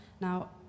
Now